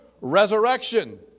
resurrection